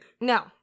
No